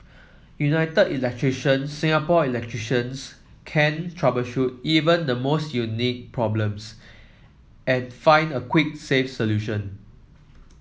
United Electrician Singapore electricians can troubleshoot even the most unique problems and find a quick safe solution